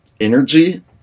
energy